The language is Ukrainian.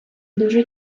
дуже